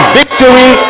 victory